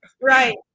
Right